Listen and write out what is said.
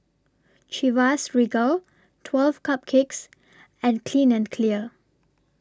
Chivas Regal twelve Cupcakes and Clean and Clear